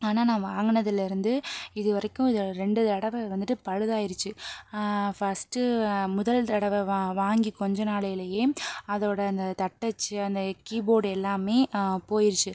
ஆனால் நான் வாங்கினதுலேருந்து இது வரைக்கும் இது ரெண்டு தடவை வந்துட்டு பழுதாயிருச்சி ஃபஸ்ட்டு முதல் தடவை வா வாங்கி கொஞ்ச நாளைலேயே அதோடய அந்த தட்டச்சு அந்த கீபோடு எல்லாமே போயிருச்சு